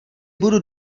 budu